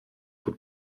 gut